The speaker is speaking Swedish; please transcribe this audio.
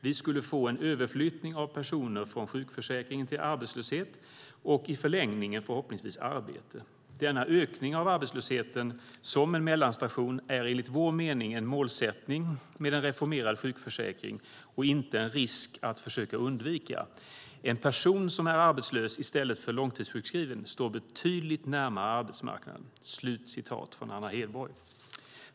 Vi skulle få en överflyttning av personer från sjukförsäkringen till arbetslöshet och i förlängningen förhoppningsvis arbete. Denna ökning av arbetslösheten som en mellanstation är enligt vår mening en målsättning med en reformerad sjukförsäkring och inte en risk att försöka undvika. En person som är arbetslös i stället för långtidssjukskriven står betydligt närmare arbetsmarknaden."